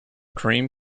cream